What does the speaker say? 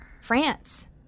France